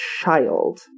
child